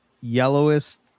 yellowest